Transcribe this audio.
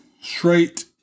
straight